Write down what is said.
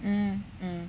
mm